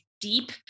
deep